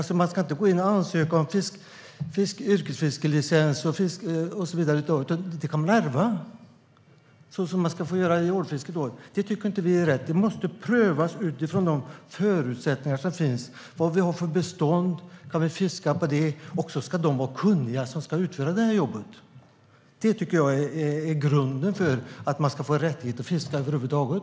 De ska alltså inte ansöka om yrkesfiskelicens och så vidare, utan det kan de ärva, så som man ska få göra i ålfisket. Det tycker inte vi är rätt. Det måste prövas utifrån de förutsättningar som finns: Vad har vi för bestånd? Kan vi fiska på det? Och de som ska utföra det här jobbet ska vara kunniga. Det tycker jag är grunden för att man ska få rättighet att fiska över huvud taget.